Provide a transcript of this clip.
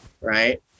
right